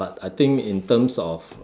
but I think in terms of